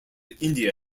india